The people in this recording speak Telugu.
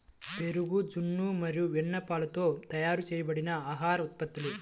పెరుగు, జున్ను మరియు వెన్నపాలతో తయారు చేయబడిన ఆహార ఉత్పత్తులు